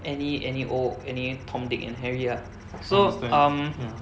any any old any tom dick and harry lah so um